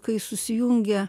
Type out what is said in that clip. kai susijungia